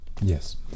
yes